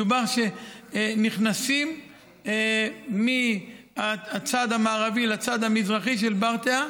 מדובר שנכנסים מהצד המערבי לצד המזרחי של ברטעה,